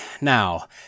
Now